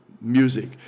music